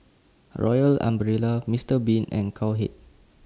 Royal Umbrella Mister Bean and Cowhead